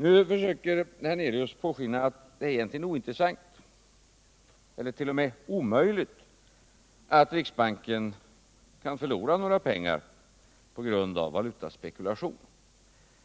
Nu försöker herr Hernelius påskina att det egentligen är ointressant eller t.o.m. omöjligt att riksbanken kan förlora några pengar på grund av valutaspekulation.